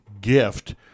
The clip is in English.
gift